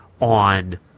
on